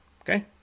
Okay